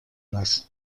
нас